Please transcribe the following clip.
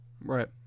Right